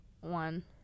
one